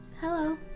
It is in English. Hello